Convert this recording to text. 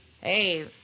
hey